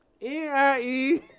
N-I-E